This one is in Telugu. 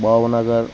బావనగర్